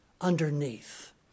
underneath